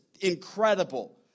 incredible